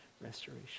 restoration